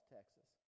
Texas